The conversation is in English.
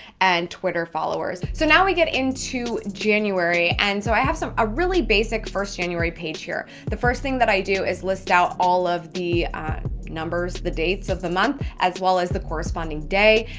and twitter followers. so now we get into january. and so i have a ah really basic first january page here. the first thing that i do is list out all of the numbers, the dates of the month, as well as the corresponding day.